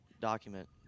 document